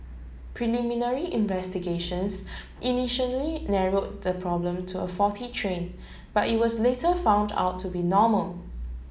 preliminary investigations initially narrowed the problem to a faulty train but it was later found out to be normal